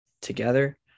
together